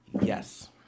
Yes